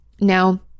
Now